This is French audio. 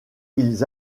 ils